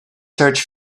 search